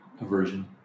Aversion